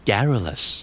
Garrulous